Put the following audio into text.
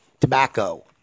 tobacco